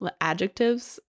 adjectives